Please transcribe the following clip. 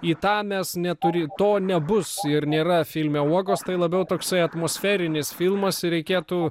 į tą mes neturi to nebus ir nėra filme uogos tai labiau toksai atmosferinis filmas ir reikėtų